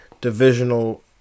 divisional